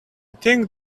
think